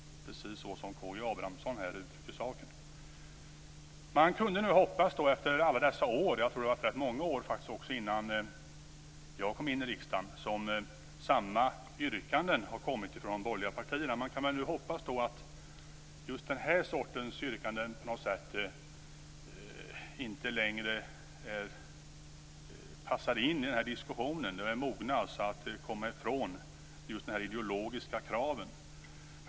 Precis så uttryckte Karl Gustav Abramsson också saken. Under rätt så många år, också innan jag kom in i riksdagen, har samma yrkanden kommit från de borgerliga partierna. Man kunde nu hoppas att just den här sortens yrkanden inte längre passade in i den här diskussionen, att vi är mogna att komma ifrån de här ideologiska kraven.